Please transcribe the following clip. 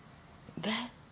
there